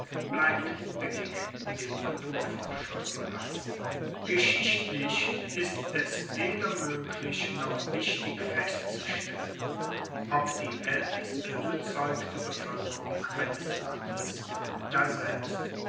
bleibt billig dem naturforscher ueberlassen geschichtlich ist es weder moeglich noch wichtig festzustellen ob die aelteste bezeugte bevoelkerung eines landes daselbst